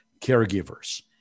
caregivers